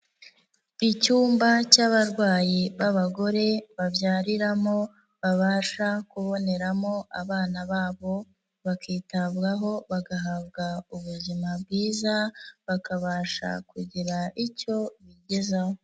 Icyumba cy'abarwayi b'abagore babyariramo, babasha kuboneramo abana babo, bakitabwaho bagahabwa ubuzima bwiza, bakabasha kugira icyo bigezaho.